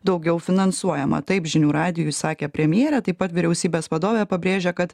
daugiau finansuojama taip žinių radijui sakė premjerė taip pat vyriausybės vadovė pabrėžia kad